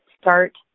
start